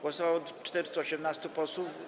Głosowało 418 posłów.